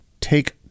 take